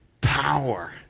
power